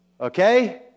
Okay